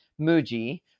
Muji